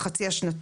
שזה החצי השנתי,